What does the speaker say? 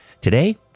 Today